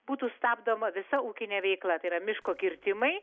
būtų stabdoma visa ūkinė veikla tai yra miško kirtimai